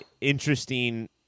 interesting